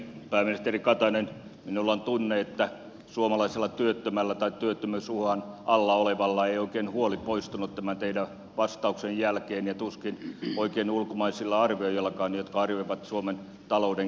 pääministeri katainen minulla on tunne että suomalaiselta työttömältä tai työttömyysuhan alla olevalta ei oikein huoli poistunut tämän teidän vastauksenne jälkeen ja tuskin oikein ulkomaisilta arvioijiltakaan jotka arvioivat suomen talouden kehitystä